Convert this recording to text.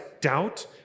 doubt